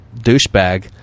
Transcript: douchebag